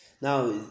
Now